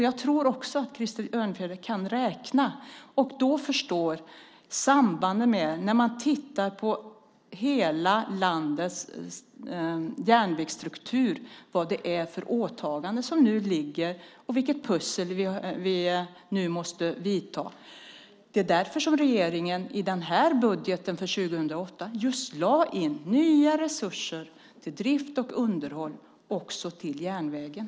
Jag tror också att Krister Örnfjäder kan räkna och förstå sambanden. När man tittar på hela landets järnvägsstruktur ser man vilka åtaganden som nu ligger och vilket pussel vi nu måste lägga. Det är därför regeringen i budgeten för 2008 just lade in nya resurser för drift och underhåll, också till järnvägen.